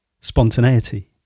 spontaneity